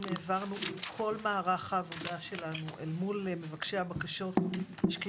הכול נעשה מקוון.